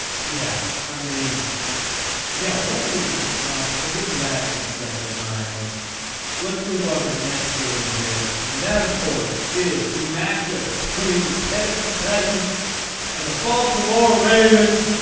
yeah i mean yeah what are they going to. well we'll get to that in the second. ryan let's move on to the next game here and that of course is the matchup between the tennessee titans and the baltimore ravens.